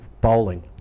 bowling